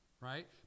right